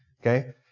Okay